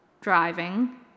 driving